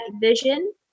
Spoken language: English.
vision